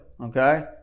Okay